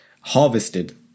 harvested